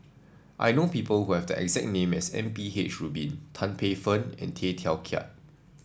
I know people who have the exact name as M P H Rubin Tan Paey Fern and Tay Teow Kiat